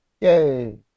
Yay